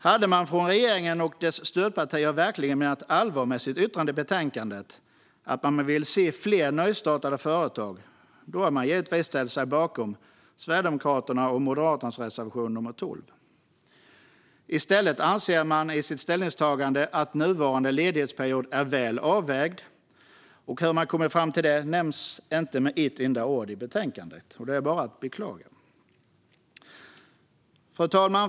Hade man från regeringen och dess stödpartier verkligen menat allvar med sitt yttrande i betänkandet, att man vill se fler nystartade företag, hade man givetvis ställt sig bakom Sverigedemokraternas och Moderaternas reservation 12. I stället anser man i sitt ställningstagande att nuvarande ledighetsperiod är väl avvägd. Hur man kommit fram till det nämns inte med ett enda ord i betänkandet. Det är bara att beklaga. Fru talman!